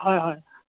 হয় হয়